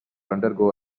undergo